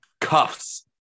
cuffs